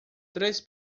três